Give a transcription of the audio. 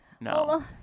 No